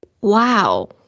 Wow